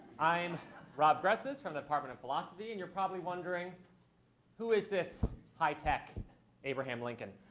i'm rob gressis from the department of philosophy. and you're probably wondering who is this high tech abraham lincoln?